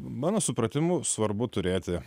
mano supratimu svarbu turėti